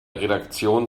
redaktion